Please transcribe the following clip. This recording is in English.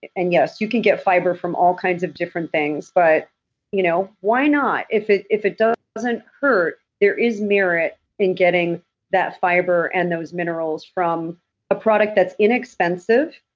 and yes, you can get fiber from all kinds of different things. but you know why not? if it if it doesn't hurt, there is merit in getting that fiber and those minerals from a product that's inexpensive,